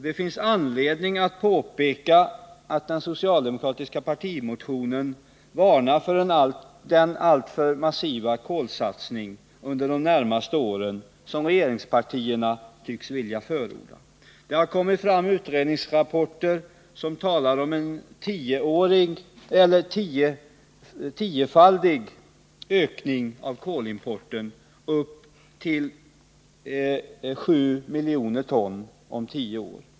Det finns anledning att påpeka att den socialdemokratiska partimotionen varnar för den alltför massiva satsning på kol under de närmaste åren som regeringspartierna tycks vilja förorda. Nya utredningsrapporter har kommit och där talas det om en tiofaldig ökning av kolimporten, vilken beräknas till bortemot 7 miljoner ton om tio år.